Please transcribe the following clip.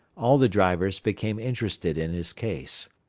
all the drivers became interested in his case.